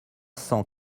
cent